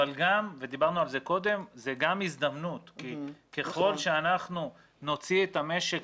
זה גם הזדמנות כי ככל שאנחנו נוציא את המשק